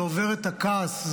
זה עובר את הכעס,